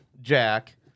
Jack